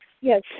Yes